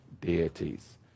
deities